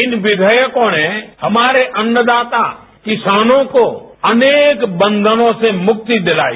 इन विधेयकों ने हमारे अन्नदाता किसानों को अनेक बंधनों से मुक्ति दिलाई